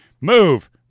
move